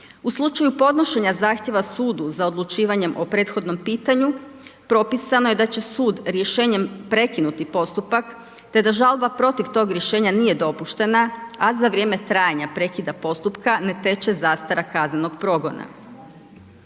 U slučaju podnošenja zahtjeva sudu za odlučivanjem o prethodnom pitanju propisano je da će sud rješenjem prekinuti postupak te da žalba protiv tog rješenja nije dopuštena a za vrijeme trajanja prekida postupka ne teče zastara kaznenog progona.